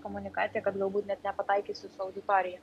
komunikacija kad galbūt net nepataikysi su auditorija